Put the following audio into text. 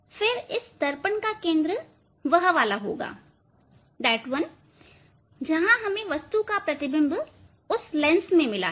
फिर इस दर्पण का केंद्र वह वाला होगा जहां हमें वस्तु का प्रतिबिंब उस लेंस से मिला है